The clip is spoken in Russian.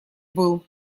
был